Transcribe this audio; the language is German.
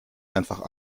einfach